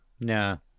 no